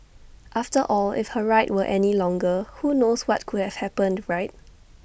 after all if her ride were any longer who knows what could have happened right